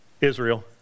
Israel